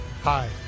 Hi